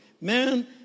Man